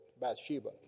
Bathsheba